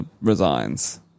resigns